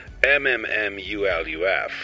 MMMULUF